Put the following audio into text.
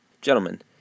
Gentlemen